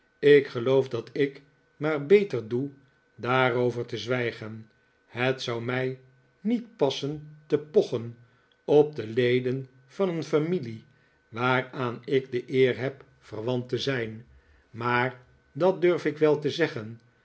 ik geloof dat ik maar beter doe daarover te zwijgen het zou mij niet passen te pochen op de leden van een familie waaraan ik de eer heb verwant te zijn maar dat durf ik wel te zeggen